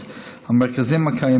הכנסת סבטלובה,